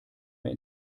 mehr